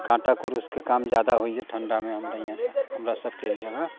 काँटा कुरूस के काम जादा होइ यऽ ठण्डा मे हमरा यहाँ हमरा सबके जगह